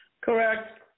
Correct